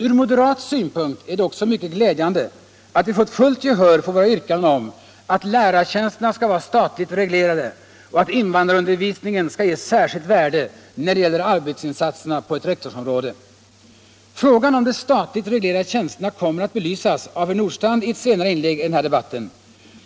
Från moderat synpunkt är det också mycket glädjande att vi fått fullt gehör för våra yrkanden att lärartjänsterna skall vara statligt reglerade och att invandrarundervisningen skall ges särskilt värde när det gäller arbetsinsatserna på ett rektorsområde. Frågan om de statligt reglerade tjänsterna kommer att belysas av herr Nordstrandh i ett senare inlägg i den här debatten.